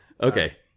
Okay